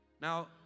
Now